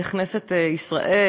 בכנסת ישראל,